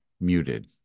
muted